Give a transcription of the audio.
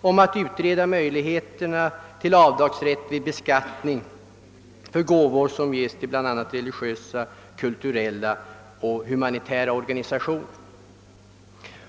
på att utreda möjligheterna till avdragsrätt vid beskattning för gåvor som ges till bl.a. religiösa, kulturella och humanitära organisationer.